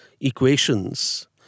equations